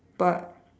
but